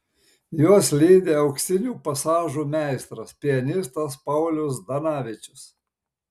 juos lydi auksinių pasažų meistras pianistas paulius zdanavičius